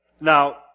Now